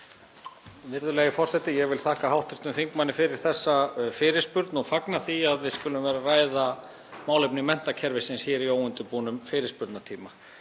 Virðulegi forseti. Ég vil þakka hv. þingmanni fyrir þessa fyrirspurn og fagna því að við skulum vera að ræða málefni menntakerfisins hér í óundirbúnum fyrirspurnatíma.